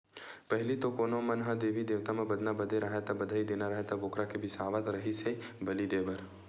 पहिली तो कोनो मन ह देवी देवता म बदना बदे राहय ता, बधई देना राहय त बोकरा ल बिसावत रिहिस हे बली देय बर